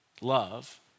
love